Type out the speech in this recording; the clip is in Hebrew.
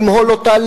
למהול אותה,